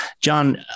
John